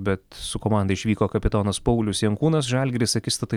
bet su komanda išvyko kapitonas paulius jankūnas žalgiris akistatai